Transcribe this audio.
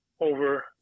over